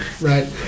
right